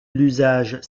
l’usage